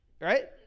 right